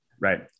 right